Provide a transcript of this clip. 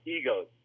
egos